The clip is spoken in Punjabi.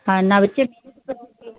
ਹਾਂ ਨਾ ਬੱਚੇ